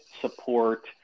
support